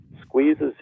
squeezes